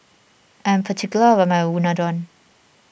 I am particular about my Unadon